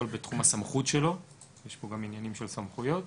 בכובע הקודם שלי לפני ארבעה חודשים הייתי מפקד תחנת